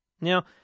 Now